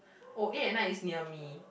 oh eight at night is near me